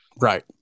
Right